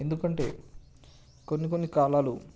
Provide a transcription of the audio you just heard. ఎందుకంటే కొన్ని కొన్ని కాలాలు